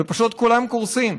ופשוט כולם קורסים.